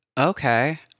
Okay